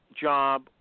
job